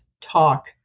talk